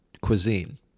cuisine